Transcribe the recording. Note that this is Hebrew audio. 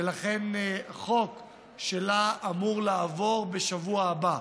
ולכן חוק שלה אמור לעבור בשבוע הבא.